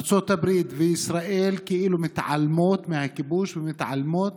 ארצות הברית וישראל כאילו מתעלמות מהכיבוש ומתעלמות